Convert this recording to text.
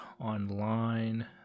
online